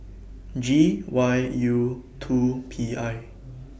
G Y U two P I